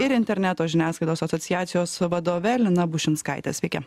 ir interneto žiniasklaidos asociacijos vadove lina bušinskaitė sveiki